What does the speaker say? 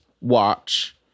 watch